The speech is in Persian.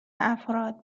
افراد